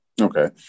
Okay